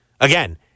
again